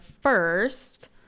first